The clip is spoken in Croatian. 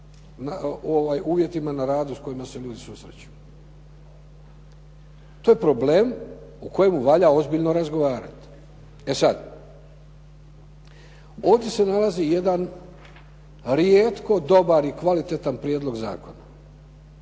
uvjetima na radu s kojima se ljudi susreću. To je problem o kojemu valja ozbiljno razgovarati. E sad, ovdje se nalazi jedan rijetko dobar i kvalitetan prijedlog zakona.